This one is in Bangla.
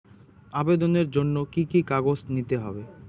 আবেদনের জন্য কি কি কাগজ নিতে হবে?